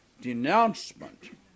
denouncement